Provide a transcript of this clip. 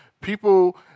People